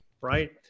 right